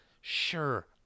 Sure